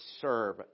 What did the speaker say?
serve